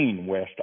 West